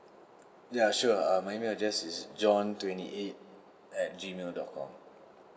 ya sure uh my email address is john twenty eight at G mail dot com